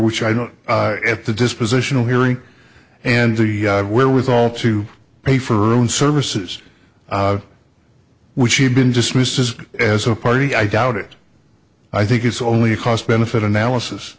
which i don't know if the dispositional hearing and the wherewithal to pay for her own services which she had been dismissed as as a party i doubt it i think it's only a cost benefit analysis